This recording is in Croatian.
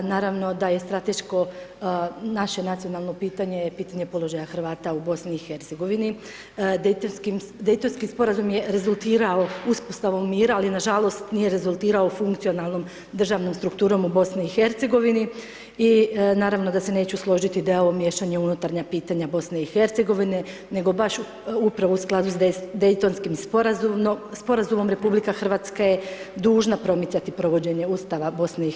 Naravno da je strateško naše nacionalno pitanje je pitanje položaja Hrvata u BiH, Dejtonski sporazum je rezultirao uspostavom mira, ali na žalost nije rezultirao funkcionalnom državnom strukturom u BiH i naravno da se neću složiti da je ovo miješanje u unutarnja pitanja BiH nego baš upravo u skladu s Dejtonskim sporazumom RH je dužna promicati provođenje ustava BiH.